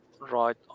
right